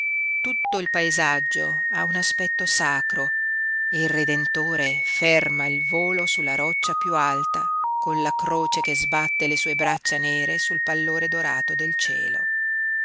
tutto il paesaggio ha un aspetto sacro e il redentore ferma il volo sulla roccia piú alta con la croce che sbatte le sue braccia nere sul pallore dorato del cielo